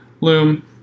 Loom